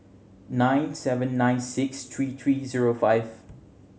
nine seven nine six three three zero five